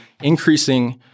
increasing